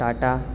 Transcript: Tata